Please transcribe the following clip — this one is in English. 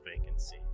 vacancy